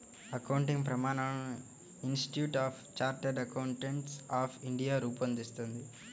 accounting ప్రమాణాలను institute of chartered accountants of India రూపొందిస్తుంది